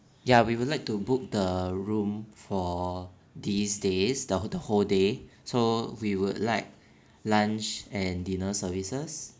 ya we would like to book the room for these days the the whole day so we would like lunch and dinner services